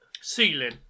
ceiling